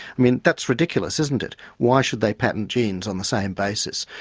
i mean that's ridiculous, isn't it? why should they patent genes on the same basis?